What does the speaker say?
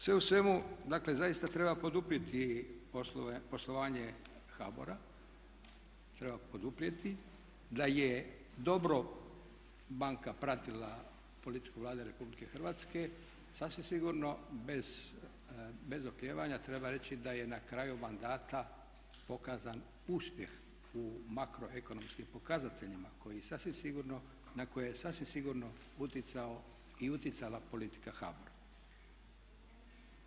Sve u svemu dakle zaista treba poduprijeti poslovanje HBOR-a, treba poduprijeti, da je dobro banka pratila politiku Vlade RH sasvim sigurno bez oklijevanja treba reći da je na kraju mandata pokazan uspjeh u makroekonomskim pokazateljima koji sasvim sigurno, na koje sasvim sigurno utjecao i utjecala politika HBOR-a.